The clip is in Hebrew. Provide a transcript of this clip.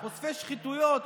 חושפי שחיתויות,